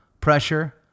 pressure